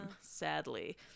sadly